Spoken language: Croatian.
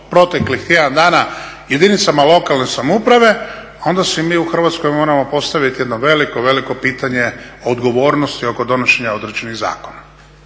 proteklih tjedan dana jedinicama lokalne samouprave onda si mi u Hrvatskoj moramo postaviti jedno veliko, veliko pitanje odgovornosti oko donošenja određenih zakona.